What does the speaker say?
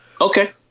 Okay